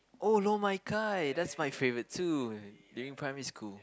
oh lor-mai-kai that's my favorite too during primary school